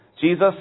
Jesus